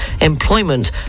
employment